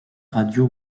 radio